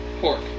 pork